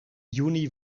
juni